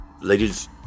Ladies